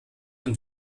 und